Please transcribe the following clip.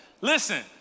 listen